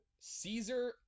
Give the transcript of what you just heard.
caesar